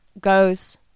goes